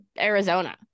Arizona